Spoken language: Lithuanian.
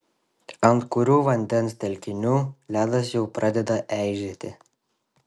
ant kurių vandens telkinių ledas jau pradeda eižėti